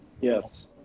Yes